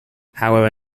however